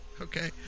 Okay